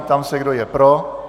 Ptám se, kdo je pro?